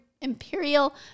imperial